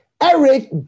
Eric